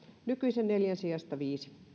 nykyisen neljän sijasta viisi